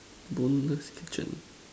Boneless kitchen